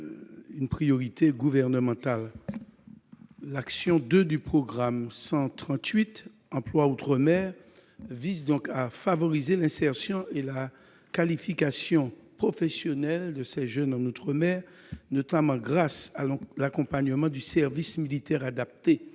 une priorité gouvernementale. L'action n° 02 du programme 138, « Emploi outre-mer », vise à favoriser l'insertion et la qualification professionnelle des jeunes d'outre-mer, notamment grâce à l'accompagnement du service militaire adapté